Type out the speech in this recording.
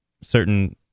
certain